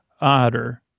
Otter